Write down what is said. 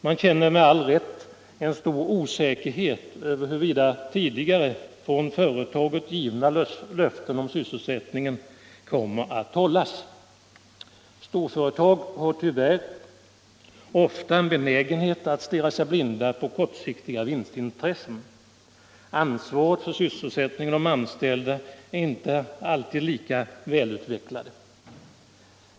Man känner med all rätt en stor osäkerhet över huruvida tidigare från företaget givna löften om sysselsättningen kommer att hållas. Storföretag har tyvärr ofta en benägenhet att stirra sig blinda på kortsiktiga vinstintressen. Ansvaret för sysselsättningen och de anställda är inte alltid lika välutvecklat.